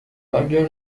اگر